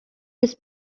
its